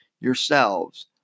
yourselves